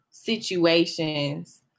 situations